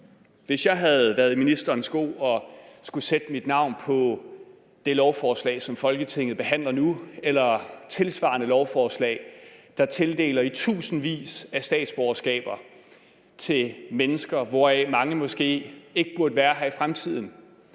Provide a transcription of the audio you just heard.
hvis jeg havde været i ministerens sko og skulle sætte mit navn på det lovforslag, som Folketinget behandler nu, eller tilsvarende lovforslag, der tildeler i tusindvis at statsborgerskaber til mennesker, hvoraf mange måske ikke burde være her i fremtiden?